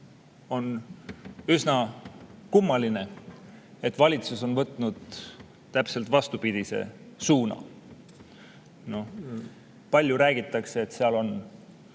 on üsna kummaline, et valitsus on võtnud täpselt vastupidise suuna. Palju räägitakse, et seal on